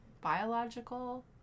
biological